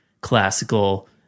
classical